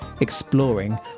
exploring